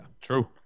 True